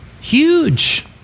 huge